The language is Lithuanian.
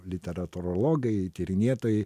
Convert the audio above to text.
literatūrologai tyrinėtojai